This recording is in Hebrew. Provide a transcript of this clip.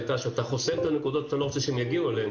שאתה חוסם את הנקודות שאתה לא רוצה שהם יגיעו אליהן,